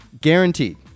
Guaranteed